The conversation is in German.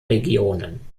regionen